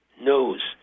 knows